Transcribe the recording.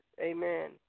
Amen